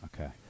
Okay